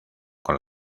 con